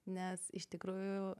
nes iš tikrųjų